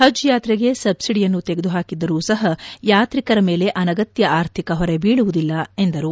ಹಜ್ ಯಾತ್ರೆಗೆ ಸಬ್ಬಿಡಿಯನ್ನು ತೆಗೆದುಹಾಕಿದ್ದರೂ ಸಹ ಯಾತ್ರಿಕರ ಮೇಲೆ ಅನಗತ್ಯ ಆರ್ಥಿಕ ಹೊರೆ ಬೀಳುವುದಿಲ್ಲ ಎಂದರು